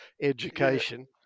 education